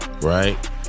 Right